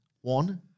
One